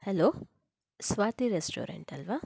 hello Swati restaurant ಅಲ್ಲವಾ